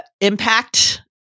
impact